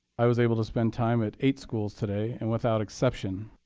i was able to spend time at eight schools today. and without exception,